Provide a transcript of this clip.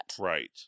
Right